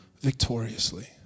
victoriously